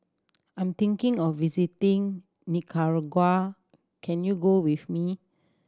I'm thinking of visiting Nicaragua can you go with me